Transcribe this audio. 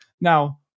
Now